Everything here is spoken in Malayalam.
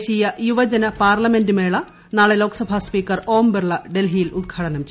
ദേശീയയുവജന പാർലമെന്റ്മേള നാളെ ലോക്സഭാ സ്പീക്കർ ഓം ബിർള ഡൽഹിയിൽ ഉദ്ഘാടനം ചെയ്യും